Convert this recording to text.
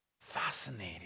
Fascinating